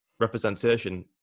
representation